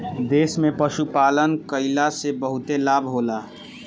देश में पशुपालन कईला से बहुते लाभ होला